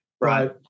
Right